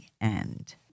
end